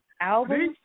album